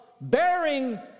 bearing